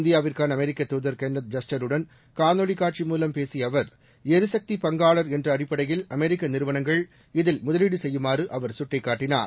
இந்தியாவுக்கான அமெரிக்க தூதர் கென்னத் ஜஸ்டருடன் காணொளி காட்சி மூலம் பேசிய அவர் எரிசக்தி பங்காளர் என்ற அடிப்படையில் அமெரிக்க நிறுவனங்கள் இதில் முதலீடு செய்யுமாறு அவர் சுட்டிக்காட்டினார்